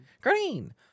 Green